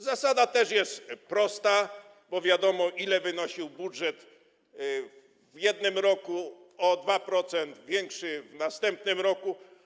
Zasada jest prosta, bo wiadomo, ile wynosił budżet w jednym roku, o 2% będzie większy w następnym roku.